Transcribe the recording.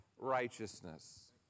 righteousness